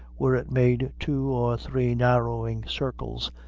where it made two or three narrowing circles,